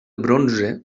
bronze